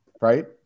right